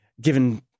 given